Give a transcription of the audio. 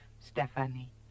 Stephanie